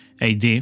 AD